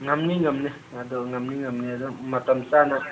ꯉꯝꯅꯤ ꯉꯝꯅꯤ ꯑꯗꯨ ꯉꯝꯅꯤ ꯉꯝꯅꯤ ꯑꯗꯨꯝ ꯃꯇꯝ ꯆꯥꯅ